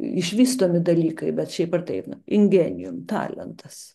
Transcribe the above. išvystomi dalykai bet šiaip ar taip ingenijum talentas